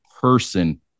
person